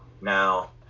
Now